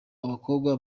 abakobwa